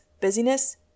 busyness